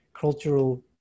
cultural